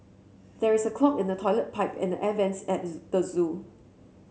there is a clog in the toilet pipe and the air vents at the zoo